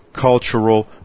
cultural